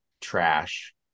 trash